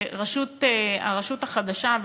שהרשות החדשה,